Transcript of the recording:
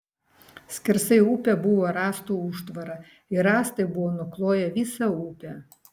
skersai upę buvo rąstų užtvara ir rąstai buvo nukloję visą upę